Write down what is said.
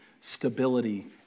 Stability